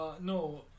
no